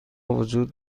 وجود